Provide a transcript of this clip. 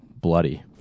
bloody